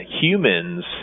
humans